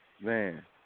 Man